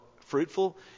fruitful